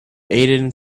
aden